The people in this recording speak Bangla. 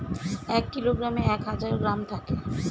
এক কিলোগ্রামে এক হাজার গ্রাম থাকে